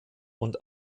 und